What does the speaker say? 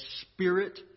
Spirit